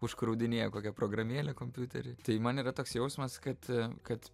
užkraudinėja kokia programėlė kompiutery tai man yra toks jausmas kad kad